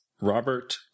robert